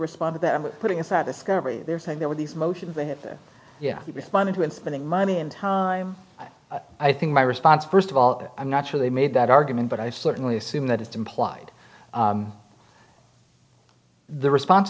responded to every putting aside discovery they're saying there were these motions they had their yeah she responded to and spending money and time i think my response first of all i'm not sure they made that argument but i certainly assume that it's implied the response